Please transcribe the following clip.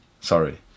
Sorry